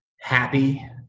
happy